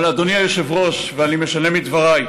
אבל אדוני היושב-ראש, ואני משנה מדבריי,